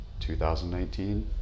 2019